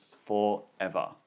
forever